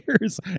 years